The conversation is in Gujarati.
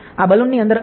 આ બલૂન ની અંદર અહીયા